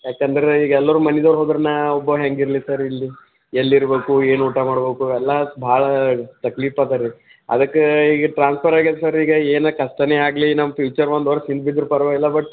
ಯಾಕಂದರೆ ಈಗ ಎಲ್ಲರೂ ಮನೆದವ್ರ್ ಹೋದರೆ ನಾನು ಒಬ್ಬ ಹೆಂಗೆ ಇರಲಿ ಸರ್ ಇಲ್ಲಿ ಎಲ್ಲಿರ್ಬೇಕು ಏನು ಊಟ ಮಾಡ್ಬೇಕು ಎಲ್ಲ ಭಾಳ ತಕ್ಲೀಫ್ ಅದರಿ ಅದಕ್ಕೆ ಈಗ ಟ್ರಾನ್ಸ್ಫರ್ ಆಗೈತೆ ಸರ್ ಈಗ ಏನೇ ಕಷ್ಟನೇ ಆಗಲಿ ನಮ್ಮ ಫ್ಯೂಚರ್ ಒಂದು ವರ್ಷ ಹಿಂದಿದ್ದರೂ ಪರವಾಗಿಲ್ಲ ಬಟ್